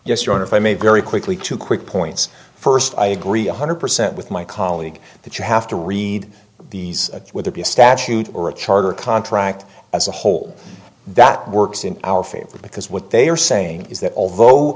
yes your honor if i may very quickly two quick points first i agree one hundred percent with my colleague that you have to read these with a b a statute or a charter contract as a whole that works in our favor because what they are saying is that although